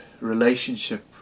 relationship